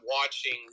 watching